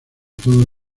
toda